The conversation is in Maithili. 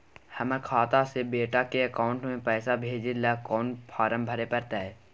हमर खाता से बेटा के अकाउंट में पैसा भेजै ल कोन फारम भरै परतै?